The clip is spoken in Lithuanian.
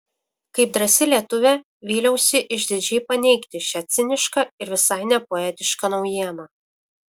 kaip drąsi lietuvė vyliausi išdidžiai paneigti šią cinišką ir visai nepoetišką naujieną